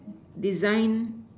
design